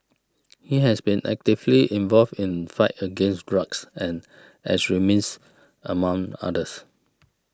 he has been actively involved in fight against drugs and extremism among others